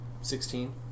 sixteen